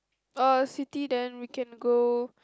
a city then we can go